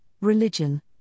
religion